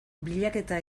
bilaketa